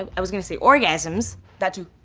um i was gonna say orgasms. that too.